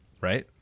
right